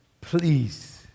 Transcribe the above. please